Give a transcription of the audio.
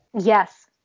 Yes